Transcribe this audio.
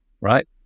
right